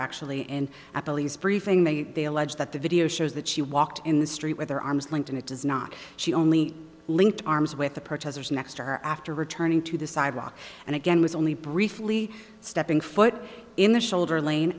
actually and a police briefing they they allege that the video shows that she walked in the street with their arms linked and it does not she only linked arms with the protesters next to her after returning to the sidewalk and again was only briefly stepping foot in the shoulder lane